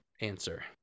answer